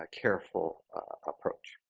ah careful approach.